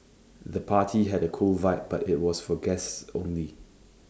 the party had A cool vibe but was for guests only